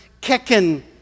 kicking